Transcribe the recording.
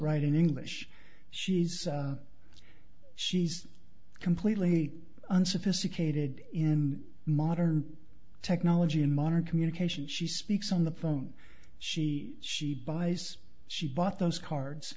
write in english she's she's completely unsophisticated in modern technology in modern communications she speaks on the phone she she buys she bought those cards